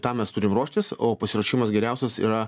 tam mes turime ruoštis o pasiruošimas geriausios yra